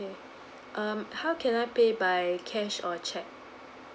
okay um how can I pay by cash or cheque